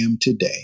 today